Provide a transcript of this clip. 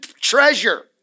treasure